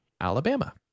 Alabama